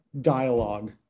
dialogue